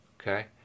okay